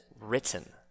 written